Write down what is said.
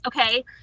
okay